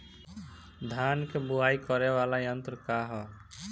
धान के बुवाई करे वाला यत्र का ह?